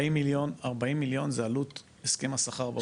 40 מיליון זה עלות הסכם השכר.